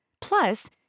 Plus